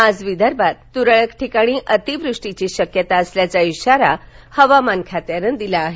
आज विदर्भात तुरळक ठिकाणी अतिवृष्टीची शक्यता असल्याचा इशारा हवामान खात्यानं दिला आहे